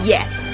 Yes